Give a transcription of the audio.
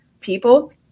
people